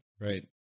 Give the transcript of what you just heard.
Right